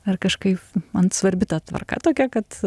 ar kažkaip man svarbi ta tvarka tokia kad